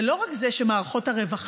זה לא רק זה שמערכות הרווחה